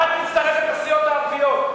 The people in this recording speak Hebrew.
את מצטרפת לסיעות הערביות.